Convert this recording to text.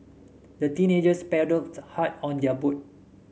the teenagers paddled hard on their boat